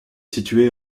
situé